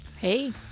Hey